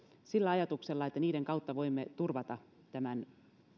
sillä ajatuksella että niiden kautta voimme turvata tämän